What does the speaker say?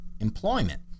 employment